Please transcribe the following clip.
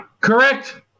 Correct